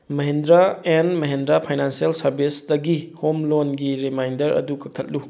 Mahindra and Mahindra financial ꯁꯥꯔꯕꯤꯁꯇꯒꯤ home ꯂꯣꯟꯒꯤ reminder ꯑꯗꯨ ꯀꯛꯊꯠꯂꯨ